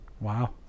Wow